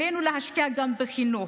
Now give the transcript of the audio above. עלינו להשקיע גם בחינוך,